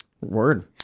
Word